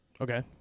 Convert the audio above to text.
Okay